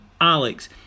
Alex